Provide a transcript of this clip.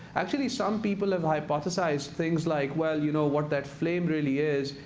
actually, some people have hypothesized things, like, well, you know, what that flame really is,